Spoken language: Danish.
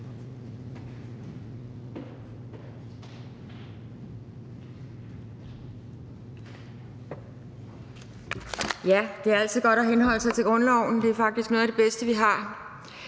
Det er altid godt at henholde sig til grundloven – den er faktisk noget af det bedste, vi har.